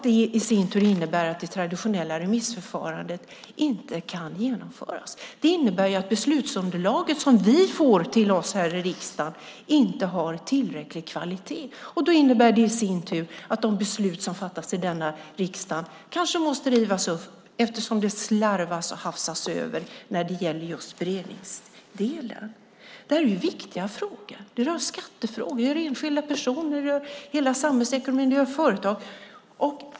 Det i sin tur innebär att det traditionella remissförfarandet inte kan genomföras. Det innebär att beslutsunderlaget som vi får till oss här i riksdagen inte har tillräcklig kvalitet. Det innebär i sin tur att de beslut som fattas i denna riksdag kanske måste rivas upp, eftersom det slarvas och hafsas över just i beredningsdelen. Det här är ju viktiga frågor. Det rör skattefrågor, det rör enskilda personer, det rör hela samhällsekonomin, det rör företag.